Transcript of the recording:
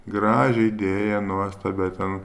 gražią idėją nuostabią ten